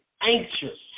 anxious